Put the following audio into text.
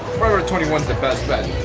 twenty one is the best bet.